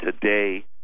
today